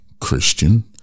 Christian